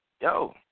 yo